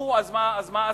נו, אז מה עשינו?